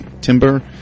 Timber